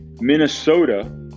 Minnesota